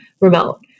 remote